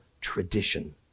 tradition